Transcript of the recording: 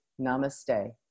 namaste